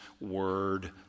word